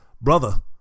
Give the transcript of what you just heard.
brother